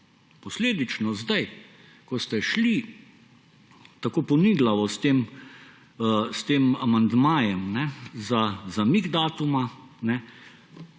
posledično zdaj, ko ste šli tako poniglavo s tem amandmajem za zamik datuma,